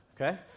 Okay